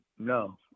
No